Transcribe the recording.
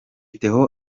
theo